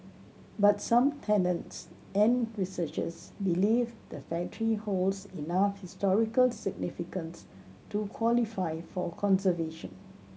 but some tenants and researchers believe the factory holds enough historical significance to qualify for conservation